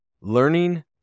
learning